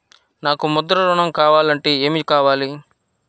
నాకు ముద్ర ఋణం కావాలంటే ఏమి కావాలి?